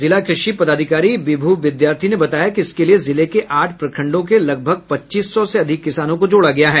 जिला कृषि पदाधिकारी विभ् विद्यार्थी ने बताया कि इसके लिए जिले के आठ प्रखंडों के लगभग पच्चीस सो से अधिक किसानों को जोड़ा गया है